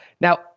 Now